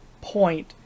point